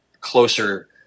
closer